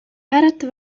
arat